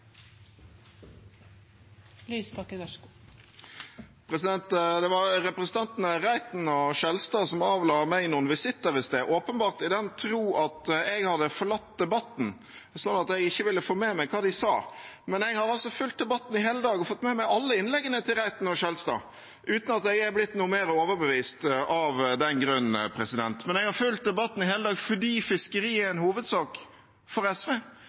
Det var representantene Reiten og Skjelstad som avla meg noen visitter i sted, åpenbart i den tro at jeg hadde forlatt debatten, sånn at jeg ikke ville få med meg hva de sa. Men jeg har fulgt debatten i hele dag og fått med meg alle innleggene til Reiten og Skjelstad, uten at jeg har blitt noe mer overbevist av den grunn. Jeg har fulgt debatten i hele dag fordi fiskeri er en hovedsak for SV,